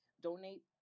donate